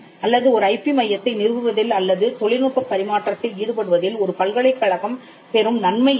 அல்லது ஒரு ஐபி மையத்தை நிறுவுவதில் அல்லது தொழில்நுட்பப் பரிமாற்றத்தில் ஈடுபடுவதில் ஒரு பல்கலைக்கழகம் பெறும் நன்மை என்ன